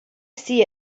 see